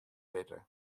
witte